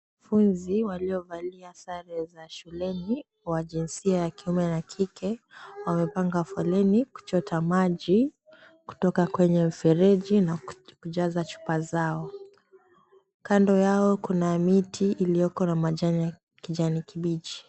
Wanafunzi waliovalia sare za shuleni wa jinsia ya kiume na kike, wamepanga foleni kuchota maji kutoka kwenye mfereji na kujaza chupa zao. Kando yao kuna miti iliyoko na majani ya kijani kibichi.